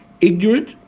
ignorant